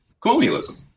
colonialism